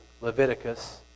Leviticus